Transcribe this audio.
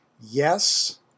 Yes